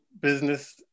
business